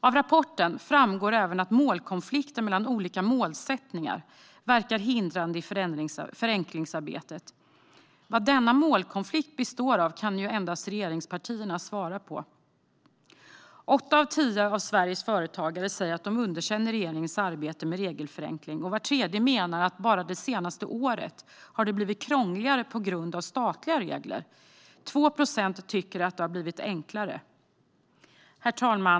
Av rapporten framgår även att målkonflikter mellan olika målsättningar verkar hindrande i förenklingsarbetet. Vad denna målkonflikt består av kan endast regeringspartierna svara på. Åtta av tio av Sveriges företagare säger att de underkänner regeringens arbete med regelförenkling. Var tredje menar att det bara senaste året har blivit krångligare på grund av statliga regler. 2 procent tycker att det har blivit enklare. Herr talman!